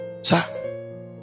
Sir